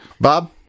Bob